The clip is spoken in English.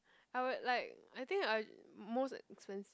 I would like I think I most expense